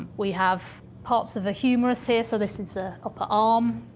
we have parts of a humerus here, so this is the upper arm.